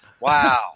Wow